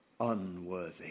unworthy